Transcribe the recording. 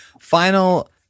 final